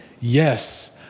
yes